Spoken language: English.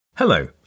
Hello